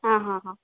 ಹಾಂ ಹಾಂ ಹಾಂ